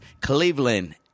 Cleveland